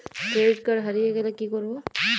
Credit card হারিয়ে গেলে কি করব?